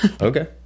okay